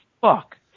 fuck